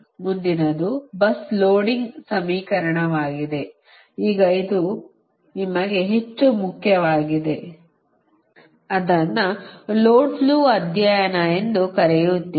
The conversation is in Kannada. ಮುಂದಿನದು bus ಲೋಡಿಂಗ್ ಸಮೀಕರಣವಾಗಿದೆ ಈಗ ಇದು ನಿಮಗೆ ಹೆಚ್ಚು ಮುಖ್ಯವಾಗಿದೆ ಅದನ್ನು ಲೋಡ್ ಫ್ಲೋ ಅಧ್ಯಯನ ಎಂದು ಕರೆಯುತ್ತೀರಿ